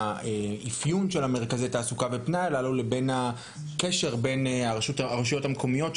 האפיון של מרכזי התעסוקה ופנאי הללו לבין הקשר בין הרשויות המקומיות,